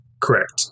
Correct